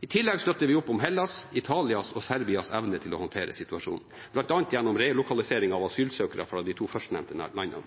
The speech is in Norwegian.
I tillegg støtter vi opp om Hellas’, Italias og Serbias evne til å håndtere situasjonen, bl.a. gjennom relokalisering av asylsøkere fra de to førstnevnte landene.